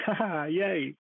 Yay